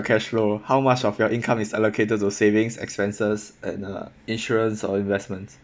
cash flow how much of your income is allocated to savings expenses and uh insurance or investments